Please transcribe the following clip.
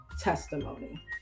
testimony